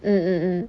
mm mm mm